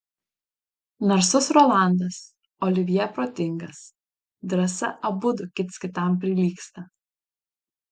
narsus rolandas olivjė protingas drąsa abudu kits kitam prilygsta